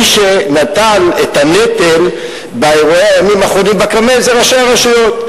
מי שנטל את הנטל באירועי הימים האחרונים בכרמל זה ראשי הרשויות.